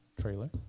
trailer